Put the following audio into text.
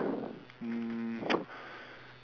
um